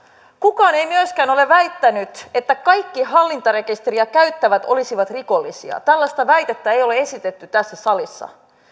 kukaan ei myöskään ole väittänyt että kaikki hallintarekisteriä käyttävät olisivat rikollisia tällaista väitettä ei ole esitetty tässä salissa